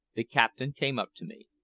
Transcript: the captain came up to me.